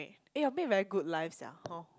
eh your maid very good life sia hor